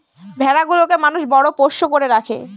ভেড়া গুলোকে মানুষ বড় পোষ্য করে রাখে